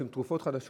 שהן תרופות חדשות,